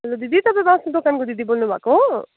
हलो दिदी तपाईँ मासु दोकानको दिदी बोल्नुभएको हो